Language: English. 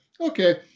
Okay